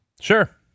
Sure